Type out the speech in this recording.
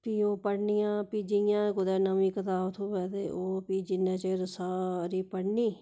फ्ही ओह् पढ़नियां फ्ही जियां कुदै नमीं कताब थ्होऐ ते ओह् फ्ही जिन्ने चिर सारी पढ़नी